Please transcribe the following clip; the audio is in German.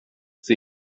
sehen